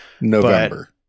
november